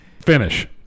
finish